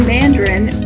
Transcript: Mandarin